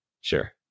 Sure